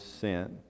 sin